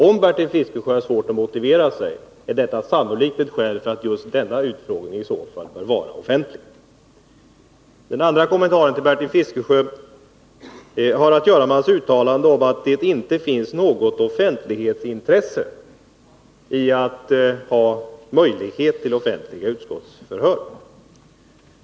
Om Bertil Fiskesjö har svårt att motivera sig, är detta sannolikt ett skäl för att just den utfrågningen i så fall bör vara offentlig. Den andra kommentaren till Bertil Fiskesjö har att göra med hans uttalande om att det inte finns något offentlighetsintresse i att ha möjlighet Nr 109 till offentliga utskottsförhör.